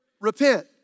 repent